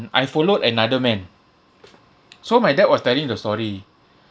I followed another man so my dad was telling the story